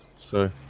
so